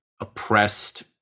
oppressed